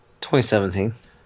2017